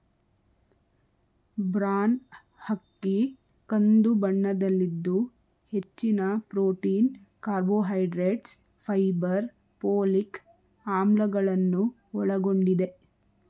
bran ಅಕ್ಕಿ ಕಂದು ಬಣ್ಣದಲ್ಲಿದ್ದು ಹೆಚ್ಚಿನ ಪ್ರೊಟೀನ್, ಕಾರ್ಬೋಹೈಡ್ರೇಟ್ಸ್, ಫೈಬರ್, ಪೋಲಿಕ್ ಆಮ್ಲಗಳನ್ನು ಒಳಗೊಂಡಿದೆ